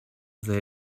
they